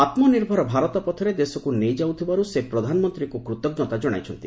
ଆତ୍ମନିର୍ଭର ଭାରତ ପଥରେ ଦେଶକୁ ନେଇଯାଉଥିବାରୁ ସେ ପ୍ରଧାନମନ୍ତ୍ରୀଙ୍କୁ କୃତଜ୍ଞତା ଜଣାଇଛନ୍ତି